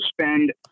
spend